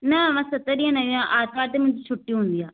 न मां सत ॾींहं न ईंदो आहियां आर्तवार ते मुंहिंजी छुट्टी हूंदी आहे